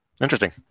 Interesting